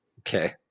Okay